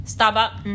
Starbucks